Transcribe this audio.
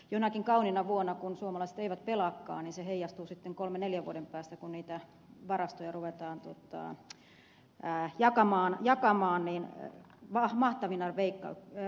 jonakin kauniina vuonna kun suomalaiset eivät pelaakaan niin se heijastuu sitten kolmen neljän vuoden päähän kun niitä varastoja ruvetaan jakamaan jatkamaan niin vahva että minä mahtavina leikkauksina